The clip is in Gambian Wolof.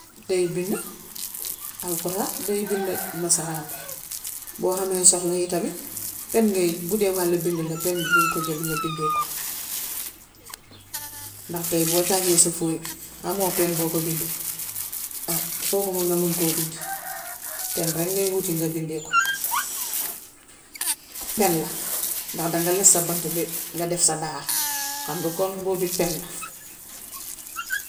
Day bind alxuraan bi, day bind nasaraan bi. Boo hamee soxla itamit, pen ngay, bu dee war a bind la pen diŋ ko jël nga bindee ko ndax tay boo taajee sa fóoy bi, hamoo pen boo ko bindee fooguma nga man koo bind. Pen rekk ngay wuti nga bindee ko. Pen la danga les sa bant bi nga def sa daa. Xam nga kon boo bii pen la.